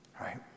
right